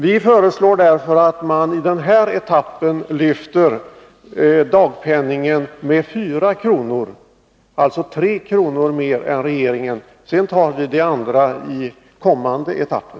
Vi föreslår därför att man i den här etappen lyfter dagpenningen med 4 kr., alltså 3 kr. mer än regeringens förslag, och sedan tar det andra i kommande etapper.